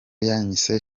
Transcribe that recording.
yanyise